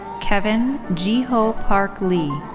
kevin jiho park-lee.